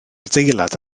adeilad